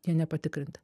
jie nepatikrinti